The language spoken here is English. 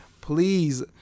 please